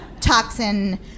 toxin